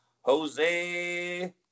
Jose